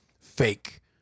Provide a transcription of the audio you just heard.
Fake